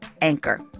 anchor